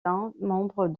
membres